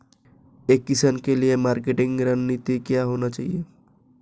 एक किसान के लिए मार्केटिंग रणनीति क्या होनी चाहिए?